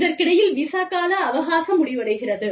இதற்கிடையில் விசா கால அவகாசம் முடிவடைகிறது